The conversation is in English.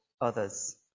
others